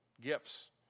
gifts